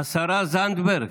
השרה זנדברג,